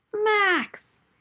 Max